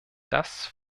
das